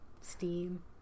steam